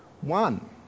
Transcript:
One